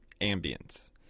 ambience